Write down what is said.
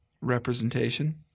representation